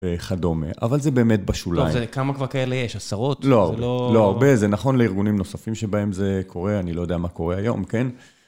וכדומה, אבל זה באמת בשוליים. לא, זה כמה כבר כאלה יש? עשרות? לא, לא הרבה, זה נכון לארגונים נוספים שבהם זה קורה, אני לא יודע מה קורה היום, כן?